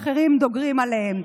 ואחרים דוגרים עליהם.